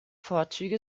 vorzüge